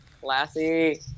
Classy